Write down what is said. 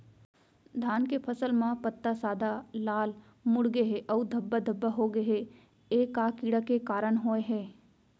धान के फसल म पत्ता सादा, लाल, मुड़ गे हे अऊ धब्बा धब्बा होगे हे, ए का कीड़ा के कारण होय हे?